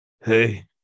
Hey